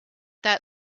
that